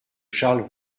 charles